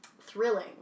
thrilling